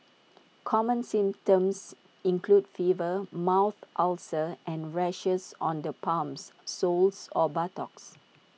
common symptoms include fever mouth ulcers and rashes on the palms soles or buttocks